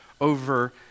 over